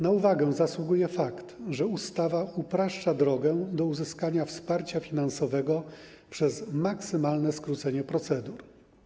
Na uwagę zasługuje fakt, że ustawa upraszcza drogę do uzyskania wsparcia finansowego przez maksymalne skrócenie procedur.